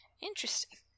Interesting